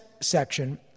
section